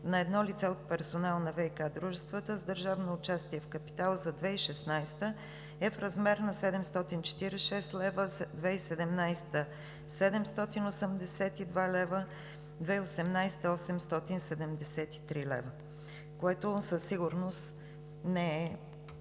на едно лице от персонала на ВиК дружествата с държавно участие в капитала за 2016 г. е в размер на 746 лв.; 2017 г. – 782 лв.; 2018 г. – 873 лв., което със сигурност не е